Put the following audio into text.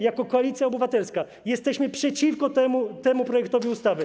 Jako Koalicja Obywatelska jesteśmy przeciwko temu projektowi ustawy.